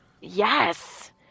Yes